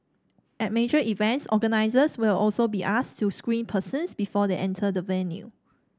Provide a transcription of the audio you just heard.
at major events organisers will also be asked to screen persons before they enter the venue